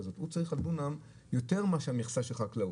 הוא צריך על דונם יותר מאשר המכסה של חקלאות,